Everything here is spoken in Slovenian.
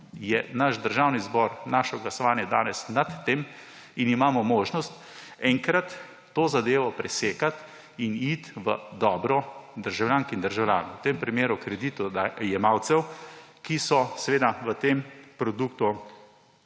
je naš državni zbor, naše glasovanje danes nad tem in imamo možnost enkrat to zadevo presekati in iti v dobro državljank in državljanov, v tem primeru kreditojemalcev, ki so v tem produktu